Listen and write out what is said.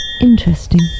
Interesting